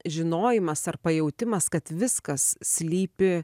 žinojimas ar pajautimas kad viskas slypi